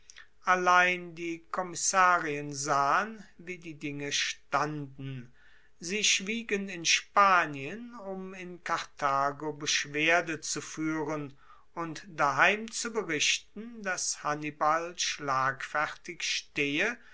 allein die kommissarien sahen wie die dinge standen sie schwiegen in spanien um in karthago beschwerde zu fuehren und daheim zu berichten dass hannibal schlagfertig stehe